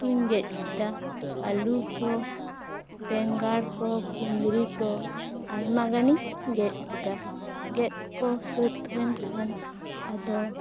ᱟᱞᱩ ᱠᱚ ᱵᱮᱸᱜᱟᱲ ᱠᱚ ᱠᱩᱸᱫᱨᱤ ᱠᱚ ᱟᱭᱢᱟ ᱜᱟᱱᱤᱧ ᱜᱮᱫ ᱠᱮᱫᱟ ᱜᱮᱫ ᱠᱚ ᱥᱟ ᱛ ᱦᱩᱭᱮᱱ ᱠᱷᱟᱱ ᱟᱫᱚ